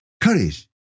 courage